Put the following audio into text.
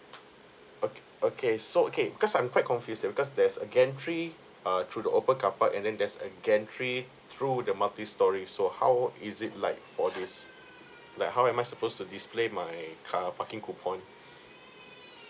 okay okay so okay cause I'm quite confused because there's again three uh through the open car park and then there's again three through the multi story so how is it like for this like how am I supposed to display my car parking coupon